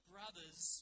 Brothers